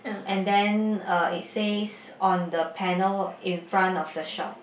and then uh it says on the panel in front of the shop